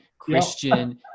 Christian